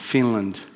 Finland